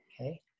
Okay